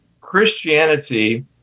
Christianity